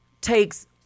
takes